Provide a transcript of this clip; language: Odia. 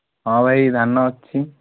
ହଁ ଭାଇ ଧାନ ଅଛି